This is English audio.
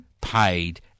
paid